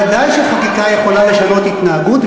ודאי שחקיקה יכולה לשנות התנהגות,